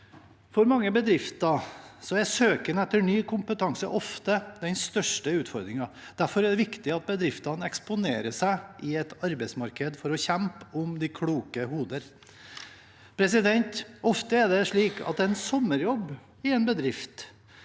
For mange bedrifter er søken etter ny kompetanse ofte den største utfordringen. Derfor er det viktig at bedriftene eksponerer seg i et arbeidsmarked for å kjempe om de kloke hoder. Ofte er det slik at en sommerjobb i en bedrift